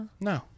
no